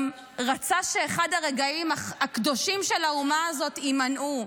גם רצה שאחד הרגעים הקדושים של האומה הזאת יימנעו.